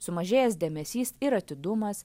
sumažėjęs dėmesys ir atidumas